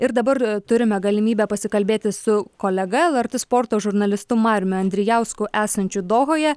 ir dabar turime galimybę pasikalbėti su kolega lrt sporto žurnalistu mariumi andrijausku esančiu dohoje